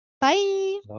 Bye